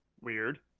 Weird